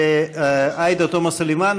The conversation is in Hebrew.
עאידה תומא סלימאן,